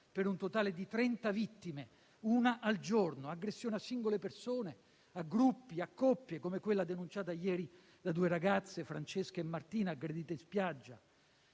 per un totale di 30 vittime, una al giorno, aggressioni a singole persone, a gruppi, a coppie, come quella denunciata ieri da due ragazze, Francesca e Martina, aggredite in spiaggia.